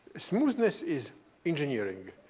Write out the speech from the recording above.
smoothness is engineering.